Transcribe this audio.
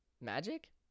Magic